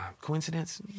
coincidence